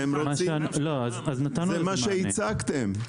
הם אמרו שכן, זה מה שהצגתם.